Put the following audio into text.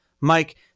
Mike